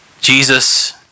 Jesus